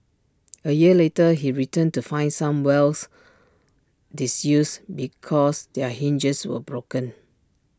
A year later he returned to find some wells disused because their hinges were broken